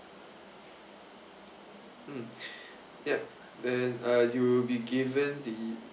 mm ya and uh you'll be given the